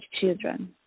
children